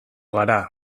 gara